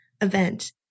event